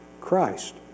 Christ